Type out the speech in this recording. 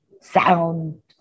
sound